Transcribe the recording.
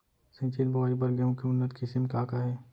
सिंचित बोआई बर गेहूँ के उन्नत किसिम का का हे??